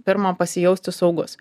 pirmą pasijausti saugus